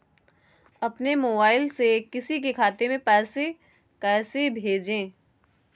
अपने मोबाइल से किसी के खाते में पैसे कैसे भेजें?